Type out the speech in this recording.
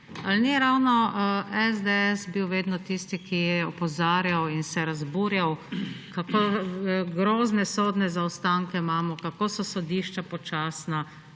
ali ni ravno SDS bil vedno tisti, ki je opozarjal in se razburjal, kako grozne sodne zaostanke imamo, kako so sodišča počasna.